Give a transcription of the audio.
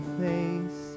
face